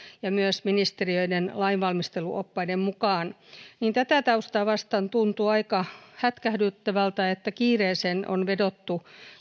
ja myös ministeriöiden lainvalmisteluoppaiden mukaan tätä taustaa vasten tuntuu aika hätkähdyttävältä että kiireeseen on vedottu